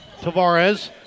Tavares